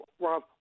Rob